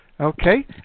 Okay